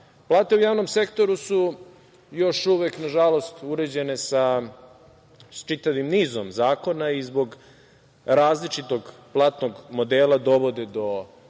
plata. Plate u javnom sektoru su još uvek, na žalost uređene sa čitavim nizom zakona i zbog različitog platnog modela dovode do